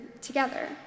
together